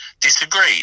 disagreed